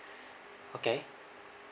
okay